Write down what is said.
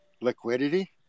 liquidity